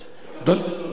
כבוד גדול.